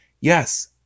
Yes